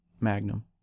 Magnum